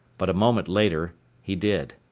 but a moment later he did.